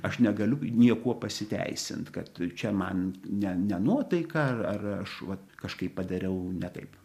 aš negaliu niekuo pasiteisint kad čia man ne ne nuotaika ar ar aš vat kažkaip padariau ne taip